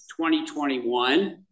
2021